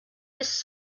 his